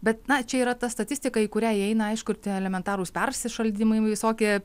bet na čia yra ta statistika į kurią įeina aišku ir tie elementarūs persišaldymai visokie